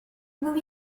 will